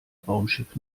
raumschiff